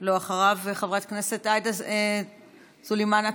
אחריו, חברת הכנסת עאידה תומא סלימאן.